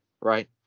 Right